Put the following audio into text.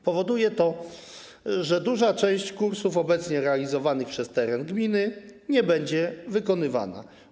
Powoduje to, że duża część kursów obecnie realizowanych przez teren gminy nie będzie wykonywana.